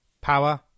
Power